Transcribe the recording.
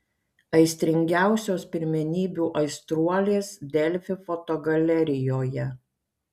aistringiausios pirmenybių aistruolės delfi fotogalerijoje